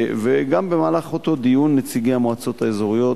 במהלך אותו דיון נציגי המועצות האזוריות,